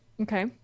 Okay